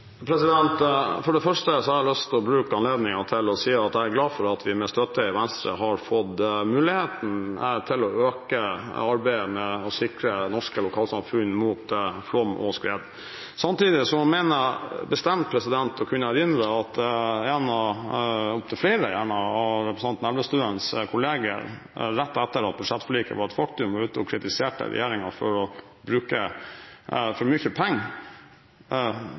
For det første har jeg lyst til å benytte anledningen til å si at jeg er glad for at vi med støtte fra Venstre har fått mulighet til å styrke arbeidet med å sikre norske lokalsamfunn mot flom og skred. Samtidig mener jeg bestemt å kunne erindre at én – opptil flere, gjerne – av representanten Elvestuens kolleger rett etter at budsjettforliket var et faktum, var ute og kritiserte regjeringen for å bruke for mye penger,